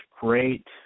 great